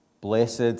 Blessed